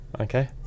Okay